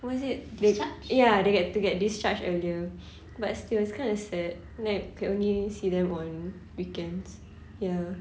what is it they ya they get to get discharged earlier but still it's kinda sad then I can only see them on weekends ya